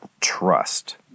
trust